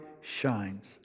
shines